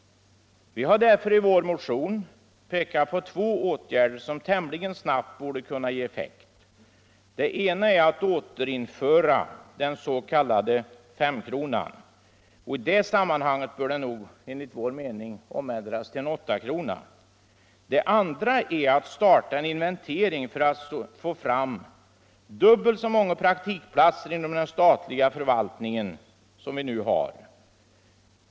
Vi har därför i vår motion pekat på två åtgärder som tämligen snabbt borde kunna ge effekt. Den ena är att återinföra den s.k. femkronan. Och i det sammanhanget bör den nog omvandlas till en åttakrona. Den andra är att starta en inventering för att få fram dubbelt så många praktikplatser inom den statliga förvaltningen som vad nu finns.